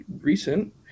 recent